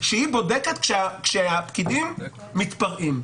שהיא בודקת כשהפקידים מתפרעים.